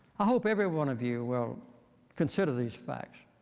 i hope every one of you will consider these facts